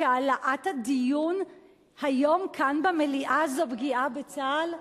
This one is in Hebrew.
שהעלאת הדיון היום כאן במליאה זו פגיעה בצה"ל?